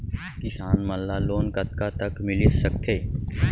किसान मन ला लोन कतका तक मिलिस सकथे?